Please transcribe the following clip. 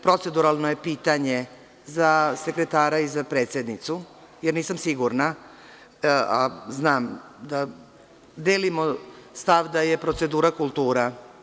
Proceduralno je pitanje, za sekretara i za predsednicu, jer nisam sigurna, a znam da delimo stav da je procedura kultura.